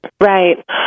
right